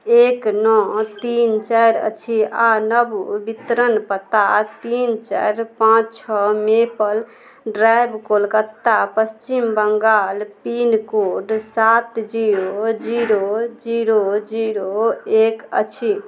एक नओ तीन चारि अछि आओर नव वितरण पता तीन चारि पाँच छओ मेपल ड्राइव कोलकाता पच्छिम बङ्गाल पिनकोड सात जीरो जीरो जीरो जीरो एक अछि